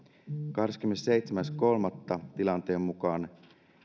kahdeskymmenesseitsemäs kolmatta tilanteen mukaan